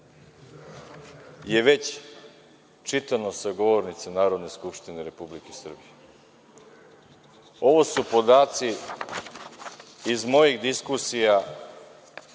je već čitano sa govornice Narodne skupštine Republike Srbije. Ovo su podaci iz mojih diskusija